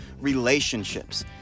relationships